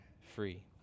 free